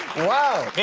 wow.